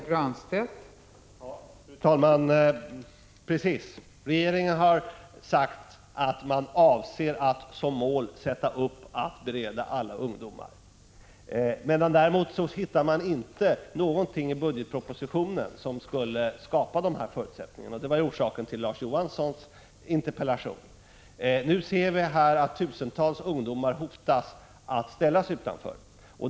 Fru talman! Precis: Regeringen har sagt att man avser att ställa upp som mål att bereda alla ungdomar gymnasieplats. Däremot hittar man inte någonting i budgetpropositionen som skulle skapa dessa förutsättningar, och det var orsaken till Larz Johanssons interpellation. Nu ser vi att tusentals ungdomar hotas att bli ställda utanför.